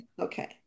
Okay